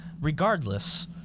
regardless